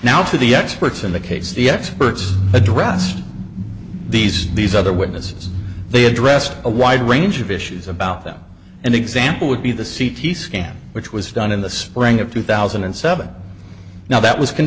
now to the experts in the case the experts address these these other witnesses they addressed a wide range of issues about them an example would be the c t scan which was done in the spring of two thousand and seven now that was c